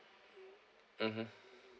mmhmm